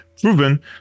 proven